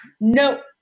no